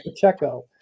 Pacheco